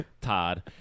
Todd